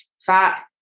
fat